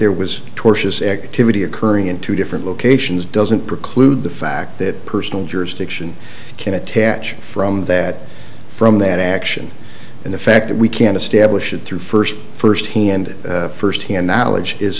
there was tortious activity occurring in two different locations doesn't preclude the fact that personal jurisdiction can attach from that from that action and the fact that we can establish it through first first hand first hand knowledge is